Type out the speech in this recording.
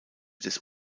des